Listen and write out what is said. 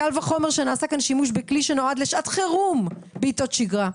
קל וחומר שנעשה כאן שימוש בכלי שנועד לשעת חירום בעתות שגרה.